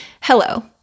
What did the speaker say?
Hello